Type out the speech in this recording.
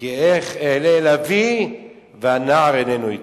"כי איך אעלה אל אבי והנער איננו אתי"